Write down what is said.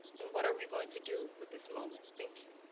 and what are we going to do with this moment? thank you.